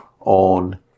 on